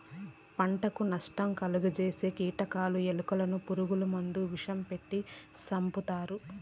పంటకు నష్టం కలుగ జేసే కీటకాలు, ఎలుకలను పురుగు మందుల విషం పెట్టి సంపుతారు